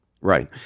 Right